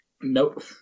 Nope